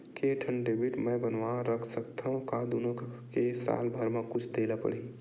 के ठन डेबिट मैं बनवा रख सकथव? का दुनो के साल भर मा कुछ दे ला पड़ही?